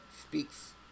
speaks